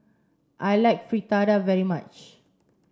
I like Fritada very much